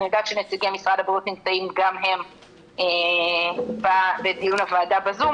אני יודעת שנציגי משרד הבריאות נמצאים גם הם בדיון בוועדה בזום,